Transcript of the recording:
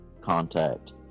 contact